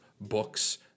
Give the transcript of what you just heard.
books